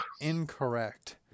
incorrect